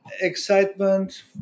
excitement